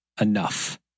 enough